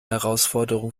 herausforderung